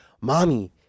Mommy